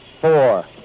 four